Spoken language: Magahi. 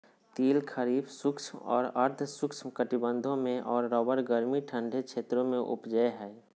तिल खरीफ शुष्क और अर्ध शुष्क कटिबंधों में और रबी गर्मी ठंडे क्षेत्रों में उपजै हइ